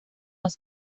más